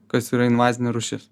kas yra invazinė rūšis